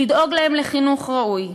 לדאוג להם לחינוך ראוי,